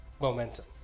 Momentum